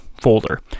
folder